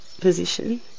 position